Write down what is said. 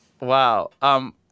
Wow